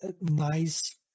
nice